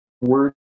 word